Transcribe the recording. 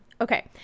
Okay